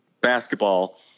basketball